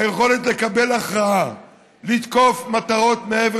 היכולת לקבל הכרעה לתקוף מטרות מעבר